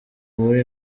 muri